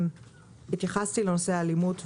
התייחסתי לנושא האלימות.